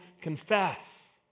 confess